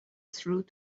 through